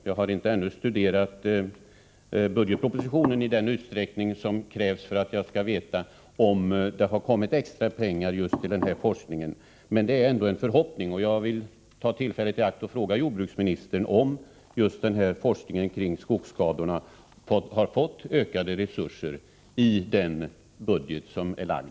Jag har ännu inte studerat budgetpropositionen så noga som krävs för att jag skulle kunna veta om det har kommit extra pengar just till den här forskningen. Men det är ändå en förhoppning att så skall ha skett, och jag vill ta tillfället i akt och fråga jordbruksministern om just denna forskning kring skogsskadorna har fått ökade resurser i den budget som är lagd.